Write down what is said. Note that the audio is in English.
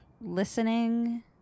listening